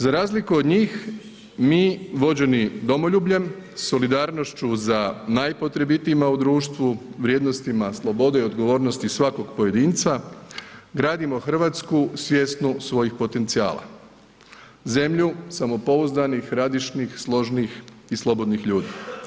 Za razliku od njih, mi vođeni domoljubljem, solidarnošću za najpotrebitijima u društvu, vrijednostima slobode i odgovornosti svakog pojedinca, gradimo RH svjesnu svojih potencijala, zemlju samopouzdanih, radišnih, složnih i slobodnih ljudi.